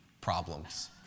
problems